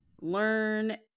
learn